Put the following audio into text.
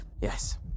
Yes